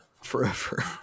forever